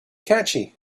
catchy